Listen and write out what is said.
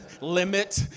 limit